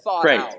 great